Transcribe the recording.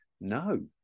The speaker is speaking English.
No